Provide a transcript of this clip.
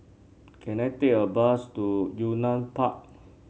can I take a bus to Yunnan Park